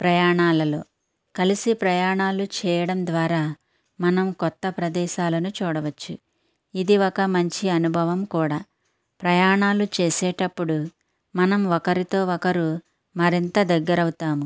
ప్రయాణాలలో కలిసి ప్రయాణాలు చేయడం ద్వారా మనం కొత్త ప్రదేశాలను చూడవచ్చు ఇది ఒక మంచి అనుభవం కూడా ప్రయాణాలు చేసేటప్పుడు మనం ఒకరితో ఒకరు మరింత దగ్గర అవుతాము